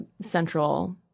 central